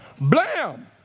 Blam